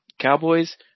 Cowboys